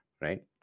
right